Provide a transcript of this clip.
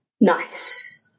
nice